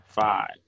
five